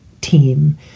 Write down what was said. team